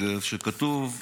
שכתוב יהודי,